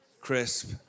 crisp